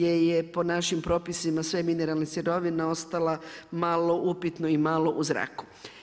je po našim propisima sve mineralne sirovine ostala malo upitno i malu u zraku.